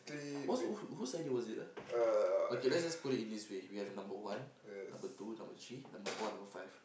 most who whose idea was it ah okay let's just put it in this way we have have number one number two number three number four and number five